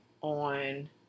on